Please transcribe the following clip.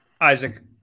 Isaac